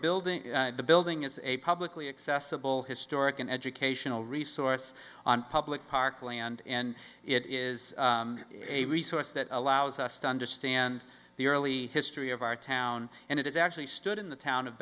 building the building is a publicly accessible historic and educational resource on public park land and it is a resource that allows us to understand the early history of our town and it is actually stood in the town of